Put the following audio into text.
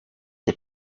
ses